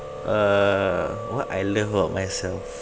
uh what I love about myself